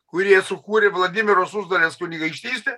kurie sukūrė vladimiro suzdalės kunigaikštystę